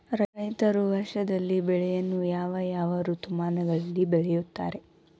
ರೈತರು ವರ್ಷದಲ್ಲಿ ಬೆಳೆಯನ್ನು ಯಾವ ಯಾವ ಋತುಮಾನಗಳಲ್ಲಿ ಬೆಳೆಯುತ್ತಾರೆ?